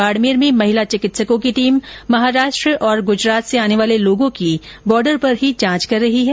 बाड़मेर में महिला चिकित्सकों की टीम महाराष्ट्र और गूजरात से आने वाले लोगों की बॉर्डर पर ही जांच कर रही है